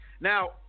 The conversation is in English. Now